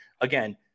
again